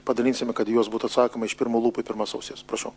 padalinsime kad į juos būtų atsakoma iš pirmų lūpų į pirmas ausis prašau